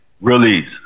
Release